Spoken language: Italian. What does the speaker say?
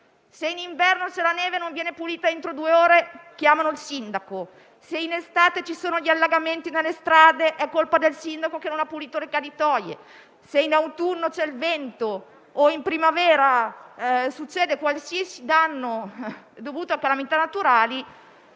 se in inverno c'è la neve e non viene pulita entro due ore si chiama il sindaco; se in estate ci sono allagamenti per le strade, è colpa del sindaco che non ha pulito le caditoie; se in autunno c'è il vento o in primavera succede qualche danno dovuto a calamità naturali,